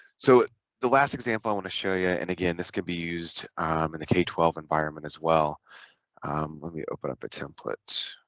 so the last example i want to show you and again this can be used in the k twelve environment as well let me open up a template